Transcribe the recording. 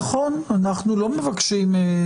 נכון, אנחנו לא מבקשים.